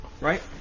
right